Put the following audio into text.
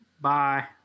Bye